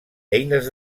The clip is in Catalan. eines